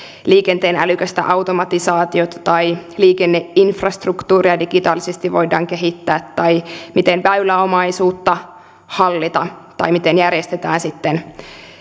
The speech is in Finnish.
liikenteen älykästä automatisaatiota tai liikenneinfrastruktuuria digitaalisesti voidaan kehittää tai miten väyläomaisuutta hallita tai miten järjestetään sitten